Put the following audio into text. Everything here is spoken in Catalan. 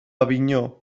avinyó